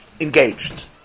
Engaged